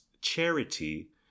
charity